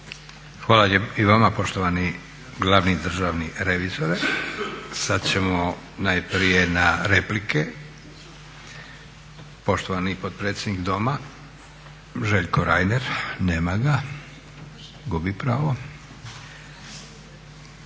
Hvala i vama poštovani glavni državni revizore. Sad ćemo najprije na replike. Poštovani potpredsjednik Doma Željko Reiner. Nema ga, gubi pravo.